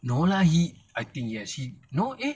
no lah he I think yes he no eh